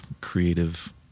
creative